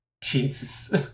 Jesus